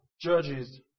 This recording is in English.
judges